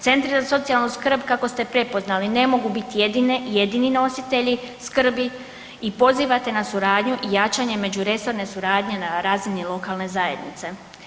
Centri za socijalnu skrb kako ste prepoznali ne mogu biti jedini nositelji skrbi i pozivate na suradnju i jačanje međuresorne suradnje na razini lokalne zajednice.